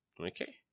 Okay